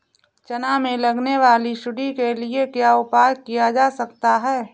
चना में लगने वाली सुंडी के लिए क्या उपाय किया जा सकता है?